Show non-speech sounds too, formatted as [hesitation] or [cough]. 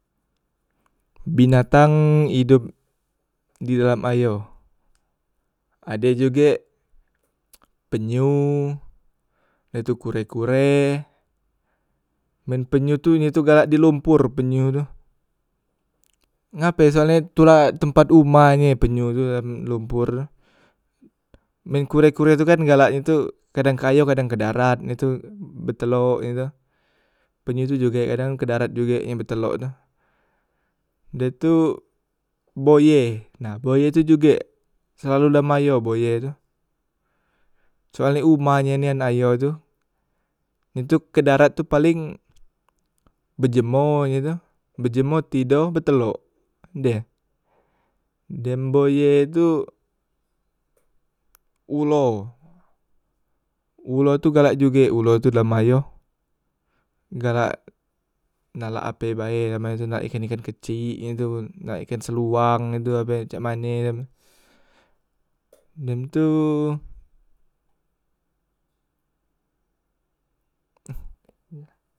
Binatang idop di dalam ayo, ade jugek penyu dah tu kure- kure, men penyu tu ye tu galak di lompor penyu tu ngape soalnye tu la tempat umah nye penyu tu dalem lompor tu men kure- kure tu kan galak nyo tu kadang ke ayo kadang ke darat he tu betelok he tu, penyu tu juge kadang ke darat juge ye betelok tu de tu boye, nah buaye tu jugek selalu dalam ayo boye tu, soale umah e nian ayo tu, ye tu ke darat tu paleng bejemo ye tu, bejemo tido betelok dem, dem boye tu ulo, ulo tu galak juge ulo tu dalam ayo, galak nalak ape bae ha me ikan- ikan kecik ye tu tu, nalak ikan sluwang he tu ape cakmane kan dem tu. [hesitation]